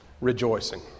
rejoicing